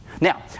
Now